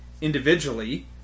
individually